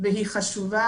והוא חשוב.